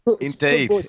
indeed